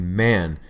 man